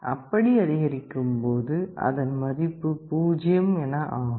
அப்படி அதிகரிக்கும் போது அதன் மதிப்பு 0 என ஆகும்